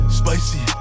spicy